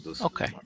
Okay